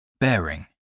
Bearing